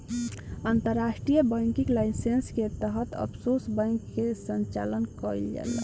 अंतर्राष्ट्रीय banking licence के तहत ऑफशोर बैंक के संचालन कईल जाला